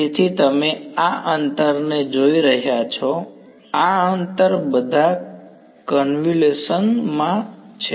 તેથી તમે આ અંતરને જોઈ રહ્યા છો આ અંતર બધા કન્વ્યુલેશન માં છે